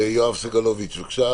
יואב סגלוביץ', בבקשה.